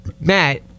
Matt